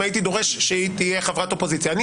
אם הייתי דורש שהיא תהיה חברת אופוזיציה אני